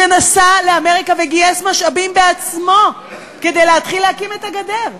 שנסע לאמריקה וגייס משאבים בעצמו כדי להתחיל להקים את הגדר.